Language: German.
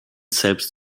selbst